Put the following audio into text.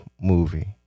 movie